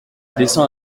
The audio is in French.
descend